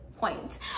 point